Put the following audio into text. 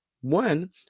one